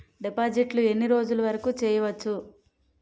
డిపాజిట్లు ఎన్ని రోజులు వరుకు చెయ్యవచ్చు?